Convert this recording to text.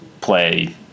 play